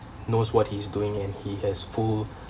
knows what he's doing and he has full